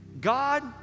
God